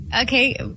Okay